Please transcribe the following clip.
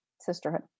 sisterhood